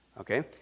Okay